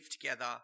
together